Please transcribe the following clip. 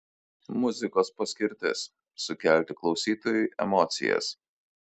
muzikos paskirtis sukelti klausytojui emocijas